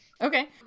Okay